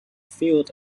fields